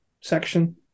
section